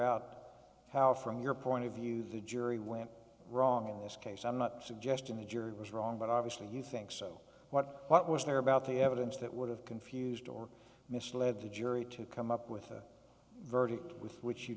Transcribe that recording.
out how from your point of view the jury went wrong in this case i'm not suggesting the jury was wrong but obviously you think so what what was there about the evidence that would have confused or misled the jury to come up with a verdict with which you